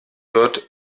wird